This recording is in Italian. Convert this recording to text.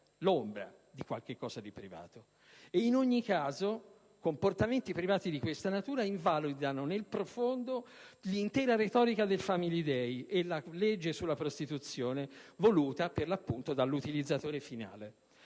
l'ombra di qualche cosa di privato. In ogni caso, comportamenti privati di questa natura invalidano nel profondo l'intera retorica del *Family* *Day* e la legge sulla prostituzione, voluta per l'appunto dall'utilizzatore finale.